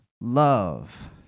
love